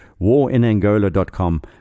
warinangola.com